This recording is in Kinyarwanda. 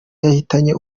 yahitanye